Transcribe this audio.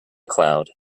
cloud